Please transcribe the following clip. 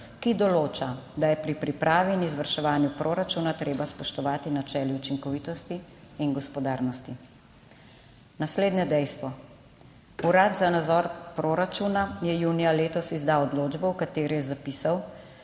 ki določa, da je pri pripravi in izvrševanju proračuna treba spoštovati načelo učinkovitosti in gospodarnosti. Naslednje dejstvo; Urad za nadzor proračuna je junija letos izdal odločbo, v kateri je zapisal,